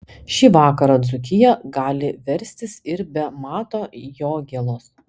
šį vakarą dzūkija gali verstis ir be mato jogėlos